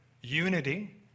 unity